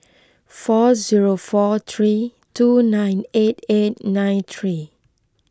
four zero four three two nine eight eight nine three